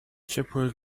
ciepły